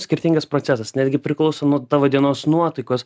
skirtingas procesas netgi priklauso nuo tavo dienos nuotaikos